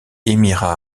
émirats